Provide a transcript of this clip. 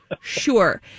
sure